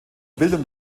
bildung